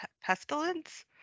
pestilence